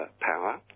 power